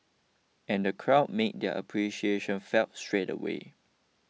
and the crowd made their appreciation felt straight away